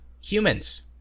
humans